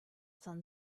sun